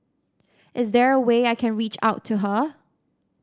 is there a way I can reach out to her